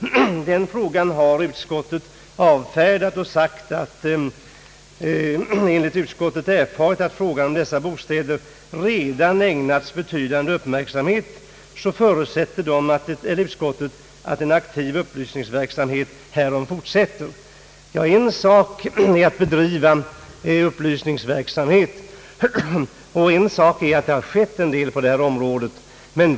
Den frågan har utskottet avfärdat och sagt att enligt vad utskottet erfarit har frågan om dessa bostäder redan ägnats betydande uppmärksamhet. Utskottet förutsätter därför att en aktiv upplysningsverksamhet härom fortsätter. En sak är att bedriva upplysningsverksamhet och en annan sak är att det har skett en del på detta område.